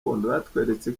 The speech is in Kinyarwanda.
batweretse